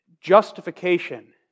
Justification